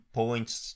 points